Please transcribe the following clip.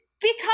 become